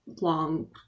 long